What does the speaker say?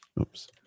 Oops